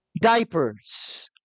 diapers